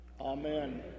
Amen